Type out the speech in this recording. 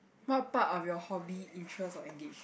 what part of your hobby interest or engage